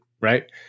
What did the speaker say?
right